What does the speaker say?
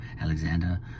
Alexander